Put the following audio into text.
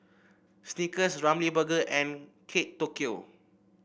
Snickers Ramly Burger and Kate Tokyo